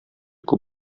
күп